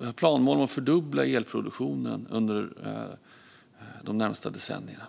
Vi har planmål om att fördubbla elproduktionen under de närmaste decennierna.